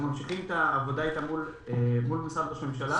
ממשיכים את העבודה איתה מול משרד ראש הממשלה.